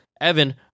Evan